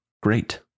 great